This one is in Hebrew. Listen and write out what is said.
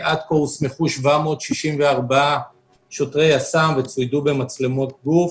עד כה הוסמכו 764 שוטרי יס"מ וצוידו במצלמות גוף.